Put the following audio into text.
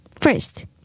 First